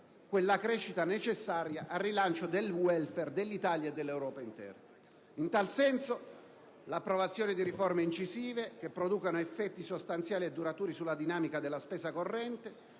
quella crescita necessaria al rilancio del *welfare*, dell'Italia e dell'Europa intera. In tal senso, l'approvazione di riforme incisive che producano effetti sostanziali e duraturi sulla dinamica della spesa corrente